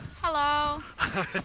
Hello